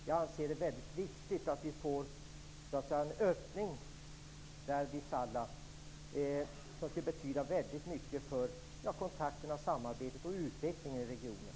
Jag anser att det är väldigt viktigt att det blir en öppning vid Salla. Det skulle betyda väldigt mycket för kontakterna, samarbetet och utvecklingen i regionen.